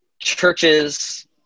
Churches